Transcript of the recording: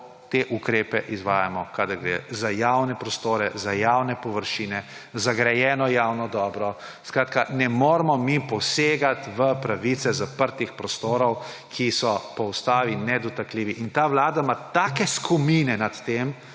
te ukrepe izvajamo, kadar gre za javne prostore, za javne površine, za grajeno javno dobro. Skratka, ne moremo mi posegati v pravice zaprtih prostorov, ki so po ustavi nedotakljivi. Ta vlada ima take skomine nad tem,